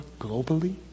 globally